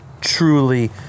truly